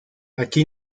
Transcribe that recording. aquí